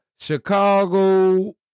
Chicago